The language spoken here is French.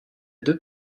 deux